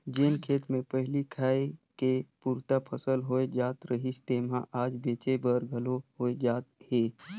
जेन खेत मे पहिली खाए के पुरता फसल होए जात रहिस तेम्हा आज बेंचे बर घलो होए जात हे